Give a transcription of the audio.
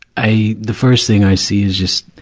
i, the first thing i see is just,